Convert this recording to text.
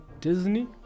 Disney